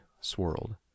swirled